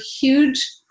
huge